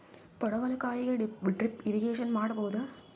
ಪಡವಲಕಾಯಿಗೆ drip irrigation ಮಾಡಬೋದ?